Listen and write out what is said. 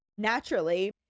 Naturally